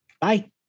Bye